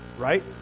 Right